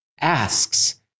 asks